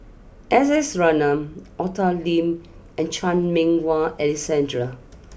S S Ratnam Arthur Lim and Chan Meng Wah Alexander